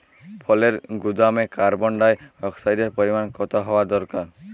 ফলের গুদামে কার্বন ডাই অক্সাইডের পরিমাণ কত হওয়া দরকার?